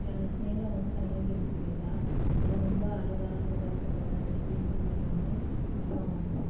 ஸ்னேகா வந்து தனியாக பிரிஞ்சு போயிட்டா அவள் ரொம்ப அழுதாள் ரொம்ப வருத்தப்பட்டாள் இதுமாதிரி பிரிஞ்சு பெயிட்டோம்ன்னு அப்புறம்